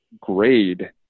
grade